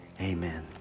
Amen